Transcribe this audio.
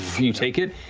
you take it,